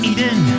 Eden